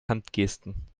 handgesten